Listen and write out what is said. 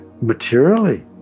materially